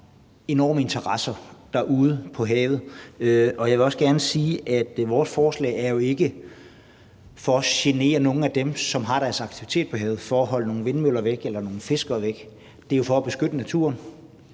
enorme interesser derude på havet. Jeg vil også gerne sige, at vores forslag jo ikke handler om at genere nogle af dem, som har deres aktiviteter på havet, eller om at holde nogle vindmøller eller nogle fiskere væk. Det handler om at beskytte naturen.